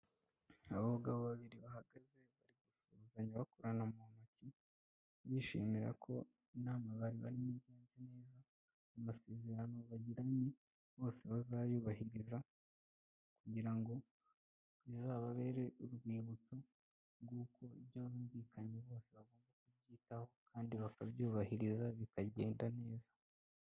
Abagabo babiri bahagaze bari gusuhuzanya bakorana mu ntoki, bishimira ko inama bari barimo igenze neza, amasezerano bagiranye, bose bazayubahiriza, kugira ngo bizababere urwibutso rw'uko ibyo bumvikanye bose bagomba kubyitaho, kandi bakabyubahiriza bikagenda neza.